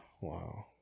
Wow